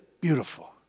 beautiful